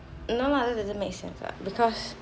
no lah that doesn't make sense what because